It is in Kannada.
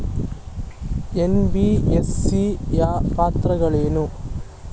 ಎನ್.ಬಿ.ಎಫ್.ಸಿ ಯ ಪಾತ್ರಗಳೇನು?